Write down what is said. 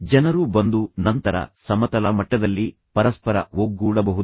ಜನರು ಬಂದು ನಂತರ ಸಮತಲ ಮಟ್ಟದಲ್ಲಿ ಪರಸ್ಪರ ಒಗ್ಗೂಡಬಹುದು